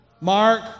Mark